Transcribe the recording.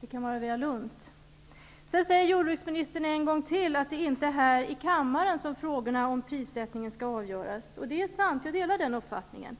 Det kan vara er väl unt. Jordbruksministern sade en gång till att det inte är här i kammaren som frågorna om prissättningen skall avgöras. Det är sant. Jag delar den uppfattningen.